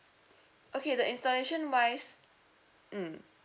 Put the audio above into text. okay the installation wise mm